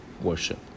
worship